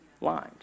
lines